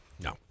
No